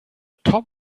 top